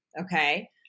Okay